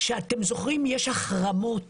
יש חרמות